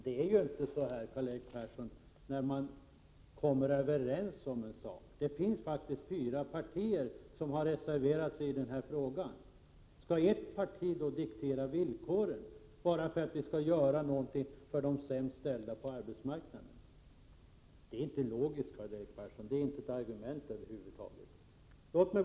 Det går inte till så när man kommer överens på en punkt. Det är faktiskt fyra partier som har reserverat sig i denna fråga. Skall då ert parti diktera villkoren när det gäller att göra något för de sämst ställda på arbetsmarknaden? Det är inte logiskt. Det är inte ens ett argument.